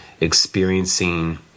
experiencing